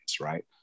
right